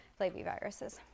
flaviviruses